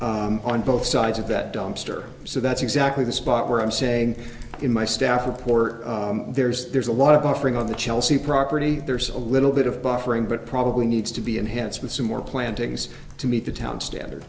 lot on both sides of that dumpster so that's exactly the spot where i'm saying in my staff report there's there's a lot of buffering on the chelsea property there's a little bit of buffering but probably needs to be enhanced with some more plantings to meet the town standard